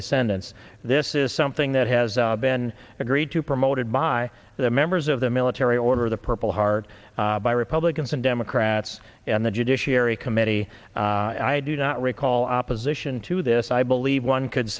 descendants this is something that has been agreed to promoted by the members of the military order of the purple heart by republicans and democrats on the judiciary committee i do not recall opposition to this i believe one c